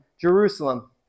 Jerusalem